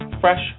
fresh